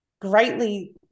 greatly